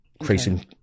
increasing